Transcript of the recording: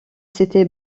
c’était